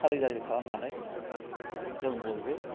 सारबिजारि खालामनानै जों बयबो